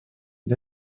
для